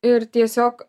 ir tiesiog